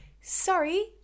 Sorry